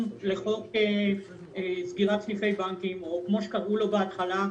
לחוק סגירת סניפי בנקים או כמו שקראו לו בהתחלה,